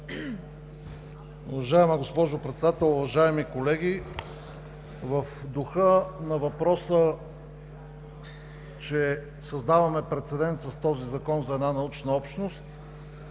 Уважаема госпожо Председател, уважаеми колеги! В духа на въпроса, че създаваме прецедент с този закон за една научна общност,